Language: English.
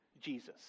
Jesus